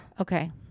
Okay